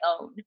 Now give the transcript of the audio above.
own